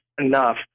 enough